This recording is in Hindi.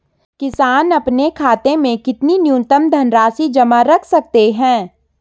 किसान अपने खाते में कितनी न्यूनतम धनराशि जमा रख सकते हैं?